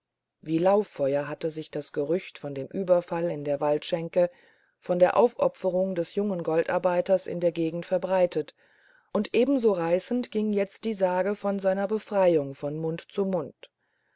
wie ein lauffeuer hatte sich das gerücht von dem überfall in der waldschenke von der aufopferung des jungen goldarbeiters in der gegend verbreitet und ebenso reißend ging jetzt die sage von seiner befreiung von mund zu mund